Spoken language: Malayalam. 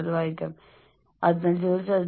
തുടർന്ന് ഈ വിവരം ലഭിക്കുന്ന വ്യക്തി മനസ്സിലാക്കുന്നു